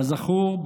כזכור,